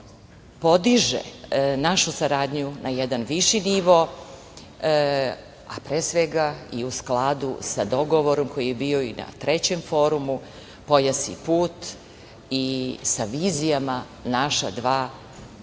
podiže našu saradnju na jedan viši nivo, a pre svega i u skladu sa dogovorom koji je bio i na Trećem forumu „Pojas i put“ i sa vizijama naša dva